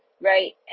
Right